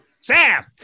Sam